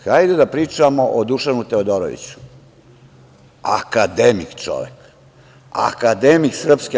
Hajde da pričamo o Dušanu Teodoroviću, akademik čovek, akademik SANU.